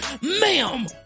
ma'am